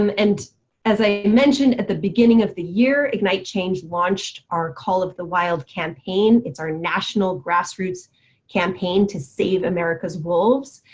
um and as i mentioned at the beginning of the year, ignite change launched our call of the wild campaign it's our national grassroots campaign to save america's wolves.